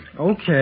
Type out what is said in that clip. Okay